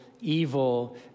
evil